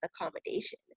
accommodation